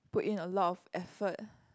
put in a lot of effort